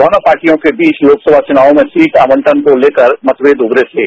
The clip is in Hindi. दोनों पार्टियों के बीच लोकसभा चुनाव में सीट आवटन को लेकर मतभेद उभरे थे